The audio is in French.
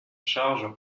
charge